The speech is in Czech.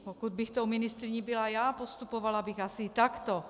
Pokud bych tou ministryní byla já, postupovala bych asi takto.